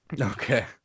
Okay